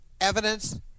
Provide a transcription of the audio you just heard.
evidence